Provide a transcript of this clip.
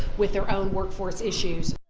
with their own workforce issues.